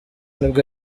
nibwo